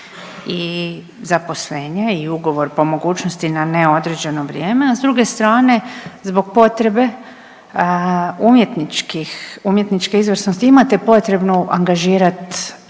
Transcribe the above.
i zaposlenje i ugovor, po mogućnosti na neodređeno vrijeme, a s druge strane, zbog potrebe umjetničkih, umjetničke izvrsnosti imate potrebnu angažirati